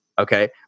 Okay